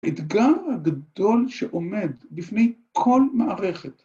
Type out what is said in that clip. אתגר הגדול שעומד בפני כל מערכת.